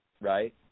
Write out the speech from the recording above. right